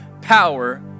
power